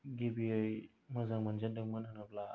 गिबियै मोजां मोनजेनदोंमोन होनोब्ला